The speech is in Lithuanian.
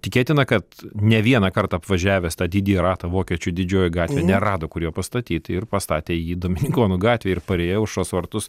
tikėtina kad ne vieną kartą apvažiavęs tą didįjį ratą vokiečių didžioji gatvė nerado kur jo pastatyt ir pastatė jį dominikonų gatvėj ir parėjo aušros vartus